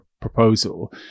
proposal